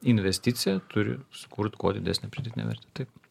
investicija turi sukurt kuo didesnę pridėtinę vertę taip